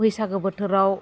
बैसागो बोथोराव